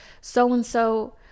so-and-so